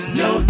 no